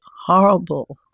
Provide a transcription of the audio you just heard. horrible